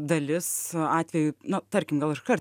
dalis atveju nu tarkim gal iškart